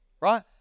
right